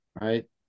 Right